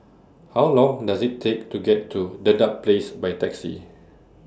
How Long Does IT Take to get to Dedap Place By Taxi